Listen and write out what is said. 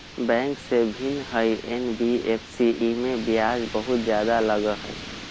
Bank से भिन्न हई एन.बी.एफ.सी इमे ब्याज बहुत ज्यादा लगहई?